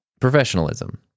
professionalism